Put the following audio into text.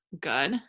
good